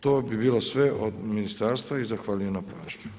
To bi bilo sve od ministarstva i zahvaljujem na pažnji.